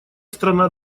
страна